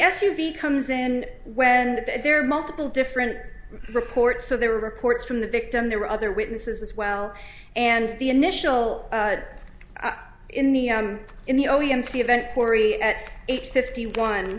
v comes in when there are multiple different reports so there were reports from the victim there were other witnesses as well and the initial in the in the audience event corey at eight fifty one